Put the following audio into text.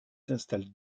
s’installe